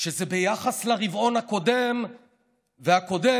שזה ביחס לרבעון הקודם והקודם,